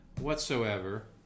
whatsoever